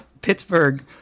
Pittsburgh